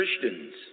Christians